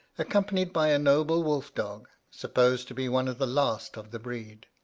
accompanied by a noble wolf-dog, supposed to be one of the last of the breed.